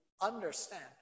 understand